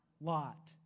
Lot